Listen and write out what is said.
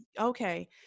Okay